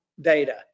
data